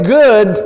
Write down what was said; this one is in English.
good